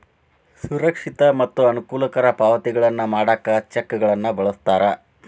ಸುರಕ್ಷಿತ ಮತ್ತ ಅನುಕೂಲಕರ ಪಾವತಿಗಳನ್ನ ಮಾಡಾಕ ಚೆಕ್ಗಳನ್ನ ಬಳಸ್ತಾರ